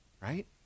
right